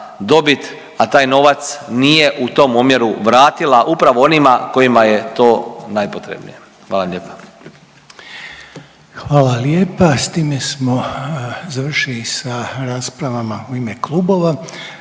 a taj novac nije u tom omjeru vratila upravo onima kojima je to najpotrebnije, hvala lijepa. **Reiner, Željko (HDZ)** Hvala lijepa. S time smo završili sa raspravama u ime klubova.